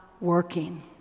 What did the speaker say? working